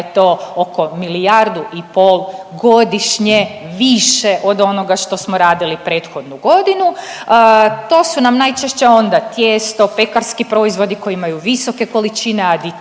to oko milijardu i pol godišnje više od onoga što smo radili prethodnu godinu. To su nam najčešće onda tijesto, pekarski proizvodi koji imaju visoke količine aditiva